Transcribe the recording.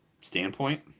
standpoint